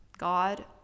God